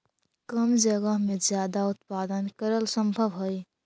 कम जगह में ज्यादा उत्पादन करल सम्भव हई